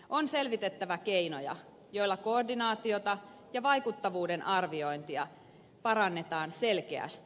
on selvitettävä keinoja joilla koordinaatiota ja vaikuttavuuden arviointia parannetaan selkeästi